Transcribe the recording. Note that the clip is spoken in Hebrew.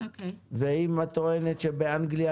ואם את טוענת שבאנגליה,